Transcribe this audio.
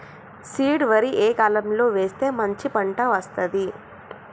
Seed వరి ఏ కాలం లో వేస్తే మంచి పంట వస్తది?